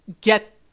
get